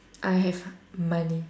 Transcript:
I have money